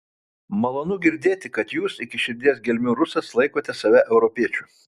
malonu girdėti kad jūs iki širdies gelmių rusas laikote save europiečiu